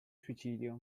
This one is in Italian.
suicidio